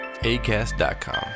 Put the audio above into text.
ACAST.COM